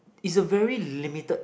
is a very limited